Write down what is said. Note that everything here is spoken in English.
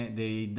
dei